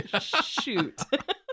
Shoot